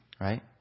Right